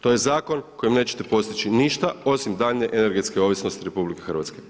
To je zakon kojim nećete postići ništa osim dalje energetske ovisnosti RH.